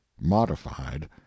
modified